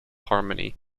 harmony